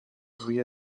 روی